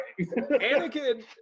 Anakin